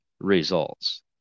results